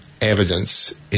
evidence